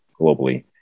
globally